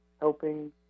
helping